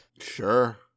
Sure